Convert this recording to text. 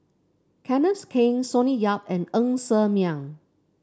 Kenneth Keng Sonny Yap and Ng Ser Miang